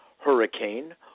hurricane